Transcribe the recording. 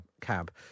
cab